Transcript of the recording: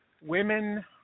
women